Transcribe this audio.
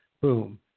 boom